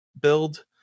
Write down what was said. build